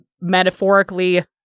metaphorically